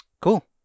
cool